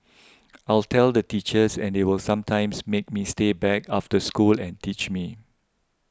I'll tell the teachers and they will sometimes make me stay back after school and teach me